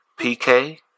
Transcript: PK